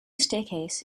staircase